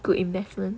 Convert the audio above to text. good investment